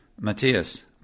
Matthias